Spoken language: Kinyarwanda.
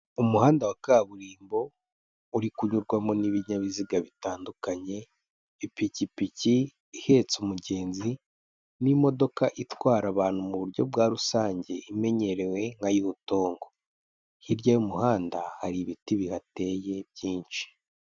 Umuhanda wa kaburimbo uri kunyurwamo n'ibinyabiziga bitandukanye, ipikipiki ihetse umugenzi, n'imodoka itwara abantu mu buryo bwa rusange imenyerewe nka yutongo. Hirya y'umuhanda hari ibiti bihateye byinshi.